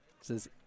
says